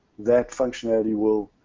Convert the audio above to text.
that functionality will,